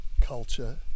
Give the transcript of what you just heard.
culture